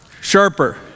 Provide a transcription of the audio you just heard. Sharper